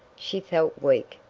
she felt weak,